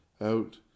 out